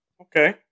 Okay